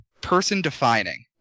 person-defining